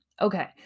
Okay